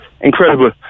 incredible